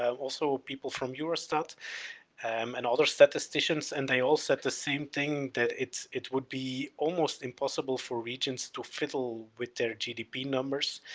also people from eurostat um and other statisticians and they all said the same thing, that it's, it would be almost impossible for regions to fiddle with their gdp numbers.